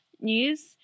news